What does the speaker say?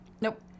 Nope